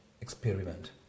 experiment